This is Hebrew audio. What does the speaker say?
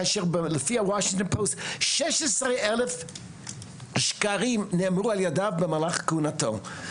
כאשר לפי הוושינגטון פוסט 16,000 שקרים נאמרו על ידיו במהלך כהונתו.